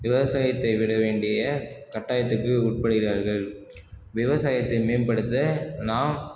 விவசாயத்தை விட வேண்டிய கட்டாயத்துக்கு உட்படுகிறார்கள் விவசாயத்தை மேம்படுத்த நாம்